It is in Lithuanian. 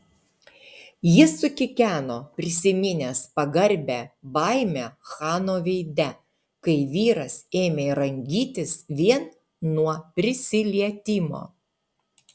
jis sukikeno prisiminęs pagarbią baimę chano veide kai vyras ėmė rangytis vien nuo prisilietimo